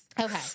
Okay